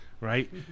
Right